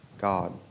God